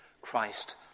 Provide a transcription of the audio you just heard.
Christ